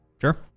Sure